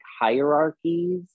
hierarchies